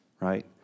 right